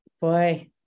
Boy